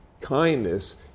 kindness